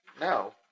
No